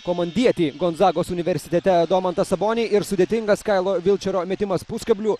komandietį gonzagos universitete domantą sabonį ir sudėtingas kailo vilčero metimas puskabliu